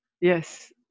Yes